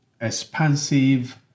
expansive